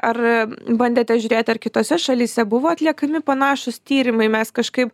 ar bandėte žiūrėti ar kitose šalyse buvo atliekami panašūs tyrimai mes kažkaip